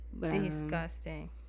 Disgusting